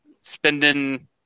spending